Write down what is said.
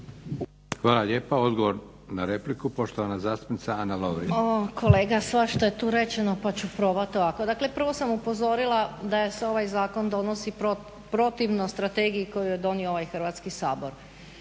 Hvala lijepo. Odgovor na repliku poštovana zastupnica Ana Lovrin. Izvolite. **Lovrin, Ana (HDZ)** O kolega svašta je tu rečeno pa ću probati ovako. Dakle prvo sam upozorila da se ovaj zakon donosi protivno strategiji koju je donio ovaj Hrvatski sabora.